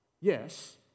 yes